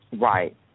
Right